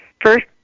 first